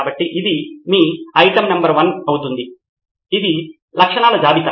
కాబట్టి ఇది మీ ఐటెమ్ నంబర్ 1 అవుతుంది ఇది లక్షణాల జాబితా